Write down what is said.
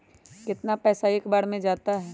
कितना पैसा एक बार में जाता है?